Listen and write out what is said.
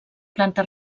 planta